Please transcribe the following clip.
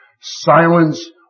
silence